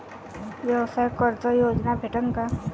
व्यवसाय कर्ज योजना भेटेन का?